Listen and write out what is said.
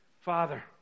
Father